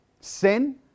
Sin